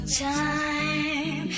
time